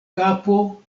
kapo